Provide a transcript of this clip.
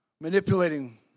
manipulating